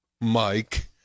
Mike